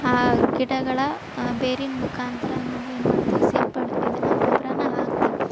ಆ ಗಿಡಗಳ ಆ ಬೇರಿನ ಮುಖಾಂತ್ರ ನಾವೇನು ಮಾಡ್ತೀವಿ ಸಿಂಪಡಿ ಇದನ್ನು ಗೊಬ್ಬರಾನ ಹಾಕ್ತೀವಿ